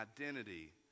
identity